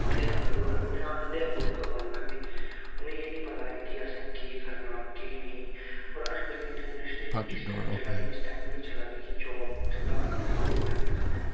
ते मतलब अन्नें अन्नें आंगू लेखा कम्म करदी उनेंगी एह् नी पता ऐ कि असें केह् कराना केह् नेईं होर अज्जकल दी जनरेशन जेह्ड़ी इस टाइम चलै दी इस टाइम जेह्ड़ी चलै दी कि जाब फिलहाल गोरमेंट दिक्खा दा ऐ